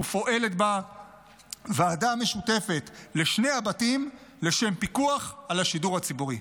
ופועלת בה ועדה משותפת לשני הבתים לשם פיקוח על השידור הציבורי.